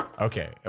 Okay